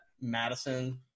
Madison